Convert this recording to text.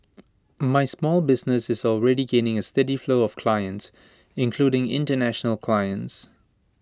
my small business is already gaining A steady flow of clients including International clients